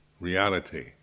Reality